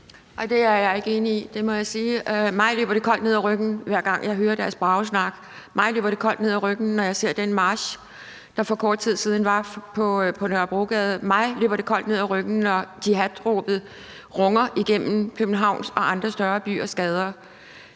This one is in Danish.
Det må jeg sige. Mig løber det koldt ned ad ryggen, hver gang jeg hører deres bragesnak. Mig løber det koldt ned ad ryggen, når jeg ser den march, der for kort tid siden var på Nørrebrogade. Mig løber det koldt ned ad ryggen, når jihadråbet runger igennem Københavns og andre større byers gader.